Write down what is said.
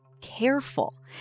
careful